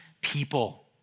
people